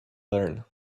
learn